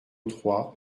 trois